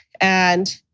And-